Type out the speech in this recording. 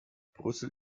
brüssel